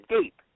deep